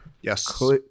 Yes